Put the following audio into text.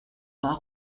part